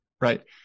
right